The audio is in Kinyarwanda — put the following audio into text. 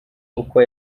uko